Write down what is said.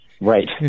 Right